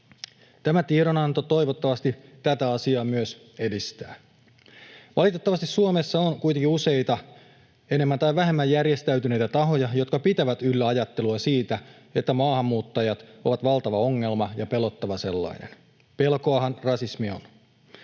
Tämä tiedonanto toivottavasti tätä asiaa myös edistää. Valitettavasti Suomessa on kuitenkin useita enemmän tai vähemmän järjestäytyneitä tahoja, jotka pitävät yllä ajattelua siitä, että maahanmuuttajat ovat valtava ongelma ja pelottava sellainen, pelkoahan rasismi on.